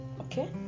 okay